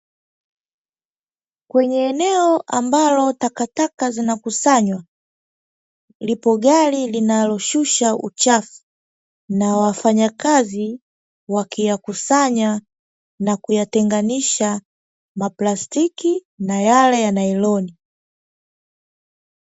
Kwenye eneo ambalo takataka zinakusanywa lipo gari linaloshusha uchafu, na wafanyakazi wakiyakusanya na kuyatenganisha maplastiki na yale ya nailoni.